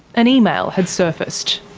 an email had surfaced.